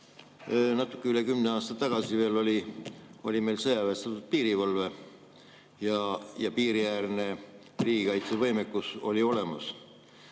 natuke üle kümne aasta tagasi oli meil veel sõjaväestatud piirivalve ja piiriäärne riigikaitsevõimekus oli olemas.